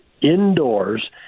indoors